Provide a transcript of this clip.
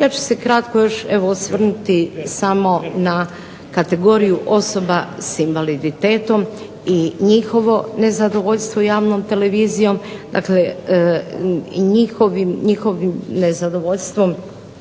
Ja ću se kratko još evo osvrnuti samo na kategoriju osoba sa invaliditetom i njihovo nezadovoljstvo javnom televizijom, dakle i njihovim nezadovoljstvom